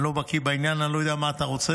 אני לא בקי בעניין, אני לא יודע מה אתה רוצה,